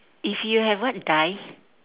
if you have what die